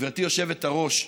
גברתי היושבת-ראש,